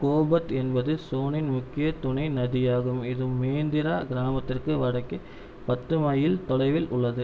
கோபத் என்பது சோனின் முக்கிய துணை நதியாகும் இது மேந்திரா கிராமத்திற்கு வடக்கே பத்து மைல் தொலைவில் உள்ளது